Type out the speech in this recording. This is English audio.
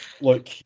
look